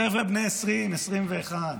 חבר'ה בני 20, 21,